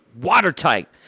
watertight